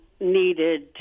needed